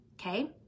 Okay